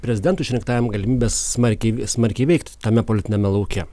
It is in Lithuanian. prezidentui išrinktajam galimybė smarkiai smarkiai veikt tame politiniame lauke